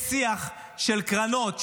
יש שיח של קרנות,